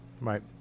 Right